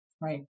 Right